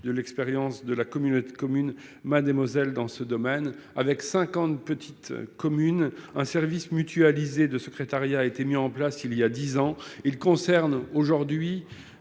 de l'expérience de la communauté de commune Mademoiselle dans ce domaine avec 50, petite commune un service mutualisées de secrétariat, a été mis en place il y a 10 ans, il concerne aujourd'hui.